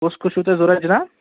کُس کُس چھُو تۅہہِ ضروٗرت جِناب